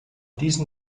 diesen